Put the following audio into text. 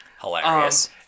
Hilarious